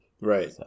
Right